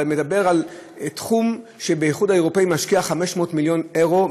אבל מדובר על תחום שהאיחוד האירופי משקיע בו 500 מיליון אירו,